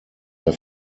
der